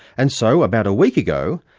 and so about a week ago,